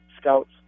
scouts